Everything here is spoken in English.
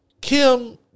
Kim